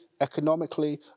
economically